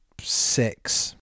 six